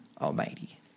Almighty